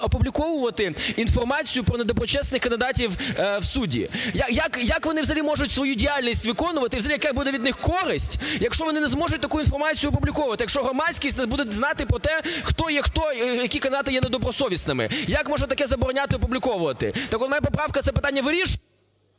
опубліковувати інформацію про недоброчесних кандидатів у судді. Як вони взагалі можуть свою діяльність виконувати і, взагалі, яка буде від них користь, якщо вони не зможуть таку інформацію опубліковувати, якщо громадськість не буде знати про те, хто є хто, які кандидати є недобросовісними? Як можна таке забороняти опубліковувати? Так от моя поправка це питання вирішувала…